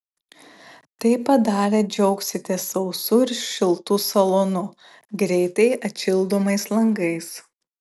tai padarę džiaugsitės sausu ir šiltu salonu greitai atšildomais langais